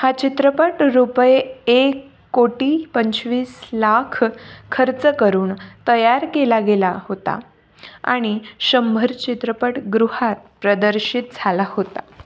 हा चित्रपट रुपये एक कोटी पंचवीस लाख खर्च करून तयार केला गेला होता आणि शंभर चित्रपटगृहात प्रदर्शित झाला होता